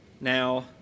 now